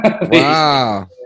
Wow